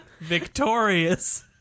Victorious